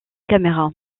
caméra